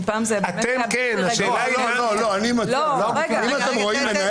אם אתם רואים מנהל